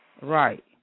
Right